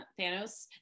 Thanos